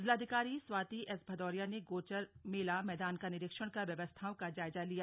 जिलाधिकारी स्वाति एस भदौरिया ने गोचर मेला मैदान का निरीक्षण कर व्यवस्थाओं का जायजा लिया